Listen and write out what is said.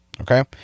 Okay